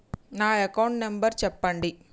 నా account number చెప్పండి?